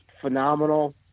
phenomenal